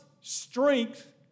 strength